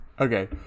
Okay